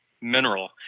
mineral